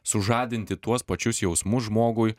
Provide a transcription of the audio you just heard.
sužadinti tuos pačius jausmus žmogui